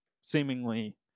seemingly